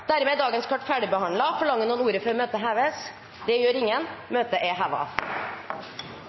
Dermed er dagens kart ferdigbehandlet. Forlanger noen ordet før møtet heves? Det gjør ingen. – Møtet er